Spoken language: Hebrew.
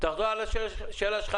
תחזור על השאלה שלך.